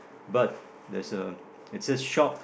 but there's a it's say shop